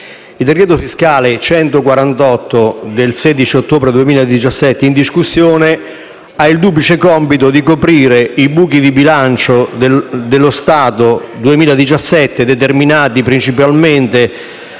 il decreto fiscale n. 148 del 16 ottobre 2017 in discussione ha il duplice compito di coprire i buchi di bilancio dello Stato 2017, determinati principalmente